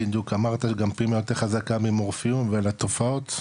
בדיוק אמרת פי מאה יותר חזק ממורפיום ולתופעות,